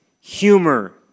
humor